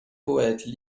poètes